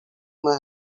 uma